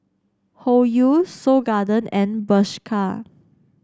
Hoyu Seoul Garden and Bershka